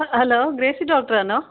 hello Gracy ഡോക്ടറാണൊ